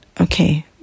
okay